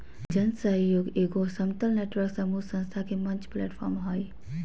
जन सहइोग एगो समतल नेटवर्क समूह संस्था के मंच प्लैटफ़ार्म हइ